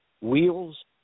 wheels